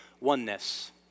oneness